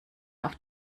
auf